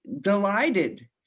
delighted